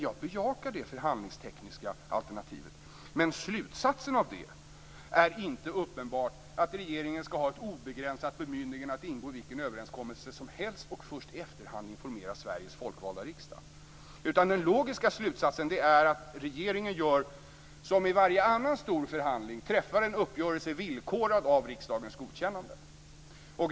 Jag bejakar det förhandlingstekniska alternativet, men slutsatsen av det är inte uppenbart att regeringen skall ha ett obegränsat bemyndigande att ingå vilken överenskommelse som helst och att först i efterhand informera Sveriges folkvalda riksdag. Den logiska slutsatsen är i stället att regeringen gör som vid varje annan stor förhandling, att man träffar en uppgörelse villkorad av riksdagens godkännande.